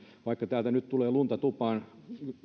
vaikka täältä nyt tulee lunta tupaan